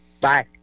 Bye